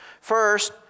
First